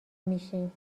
میشیم